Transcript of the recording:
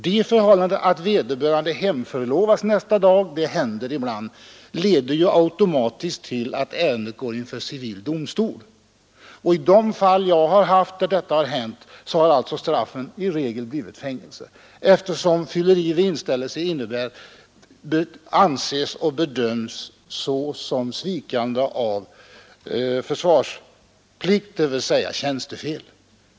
Det förhållandet att vederbörande hemförlovas nästa dag — det händer ibland — leder automatiskt till att ärendet går till civil domstol. I de fall av detta slag som jag haft har straffet i regel blivit fängelse, eftersom fylleri vid inställelse bedöms såsom svikande av försvarsplikt, dvs. tjänstefel.